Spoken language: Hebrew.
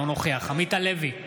אינו נוכח עמית הלוי,